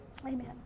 Amen